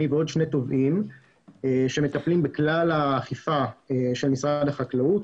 אני ועוד שני תובעים שמטפלים בכלל האכיפה של משרד החקלאות.